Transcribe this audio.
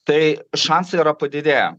tai šansai yra padidėję